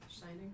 Shining